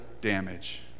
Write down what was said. damage